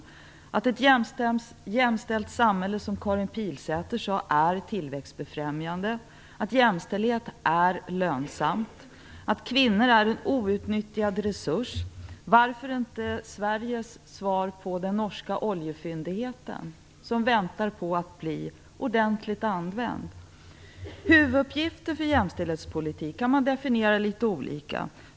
Det gäller det som Karin Pilsäter sade om att ett jämställt samhälle är tillväxtbefrämjande, att jämställdhet är lönsamt, att kvinnor är en outnyttjad resurs - varför inte Sveriges svar på den norska oljefyndigheten, som väntar på att bli ordentligt använd? Huvuduppgiften för jämställdhetspolitiken kan man definiera litet olika.